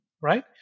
right